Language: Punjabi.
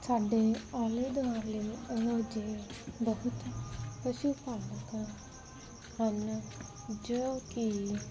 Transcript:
ਸਾਡੇ ਆਲੇ ਦੁਆਲੇ ਇਹੋ ਜਿਹੇ ਬਹੁਤ ਪਸ਼ੂ ਪਾਲਕ ਹਨ ਜੋ ਕਿ